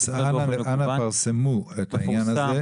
אז אנא פרסמו את העניין הזה.